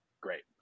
Great